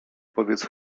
powiedz